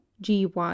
gy